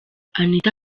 anita